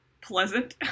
pleasant